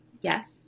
yes